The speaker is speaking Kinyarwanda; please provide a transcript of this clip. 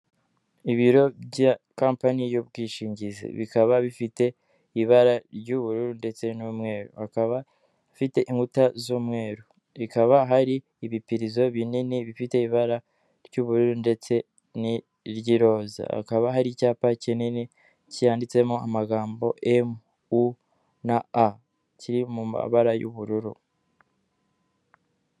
Ibiro bya kampani y'ubwishingizi bikaba bifite ibara ry'ubururu ndetse n'umweru, hakaba afite inkuta z'umweru, hakaba hari ibipirizo binini bifite ibara ry'ubururu ndetse n'iry'iiroza, hakaba hari icyapa kinini cyanyanditsemo amagambo mu na a kiri mu mabara y'ubururu.